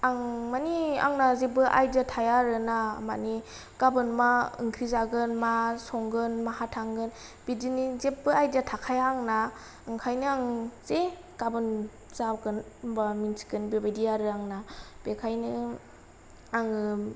आं मानि आंना जेब्बो आइदिया थाया आरोना मानि गाबोन मा ओंख्रि जागोन मा संगोन माहा थांगोन बिदिनि जेब्बो आइदिया थाखाया आंना ओंखायनो आं जे गाबोन जागोन बा मिथिगोन आरो आंना बेखायनो आङो